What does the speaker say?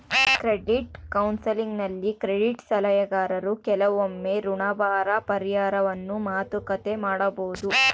credit ಕೌನ್ಸೆಲಿಂಗ್ನಲ್ಲಿ credit ಸಲಹೆಗಾರರು ಕೆಲವೊಮ್ಮೆ ಋಣಭಾರ ಪರಿಹಾರವನ್ನು ಮಾತುಕತೆ ಮಾಡಬೊದು